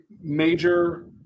major